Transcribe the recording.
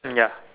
mm ya